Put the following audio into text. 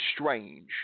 strange